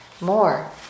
more